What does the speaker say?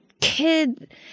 kid